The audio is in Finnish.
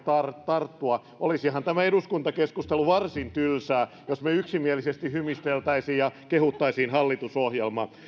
tarttua olisihan tämä eduskuntakeskustelu varsin tylsää jos me yksimielisesti hymistelisimme ja kehuisimme hallitusohjelmaa